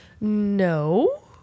No